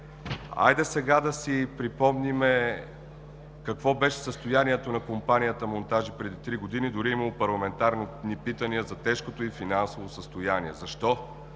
Хайде сега да си припомним какво беше състоянието на компанията „Монтажи“ преди три години – дори е имало парламентарни питания за тежкото ѝ финансово състояние? Защо?